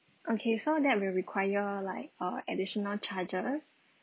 okay so that will require like err additional charges